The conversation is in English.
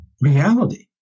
reality